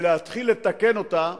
ולהתחיל לתקן אותה,